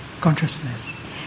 consciousness